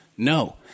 No